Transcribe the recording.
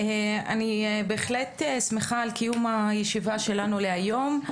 אני בהחלט שמחה על קיום הישיבה שלנו להיום,